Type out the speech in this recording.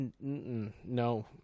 no